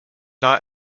not